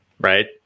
right